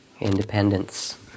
independence